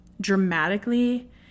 dramatically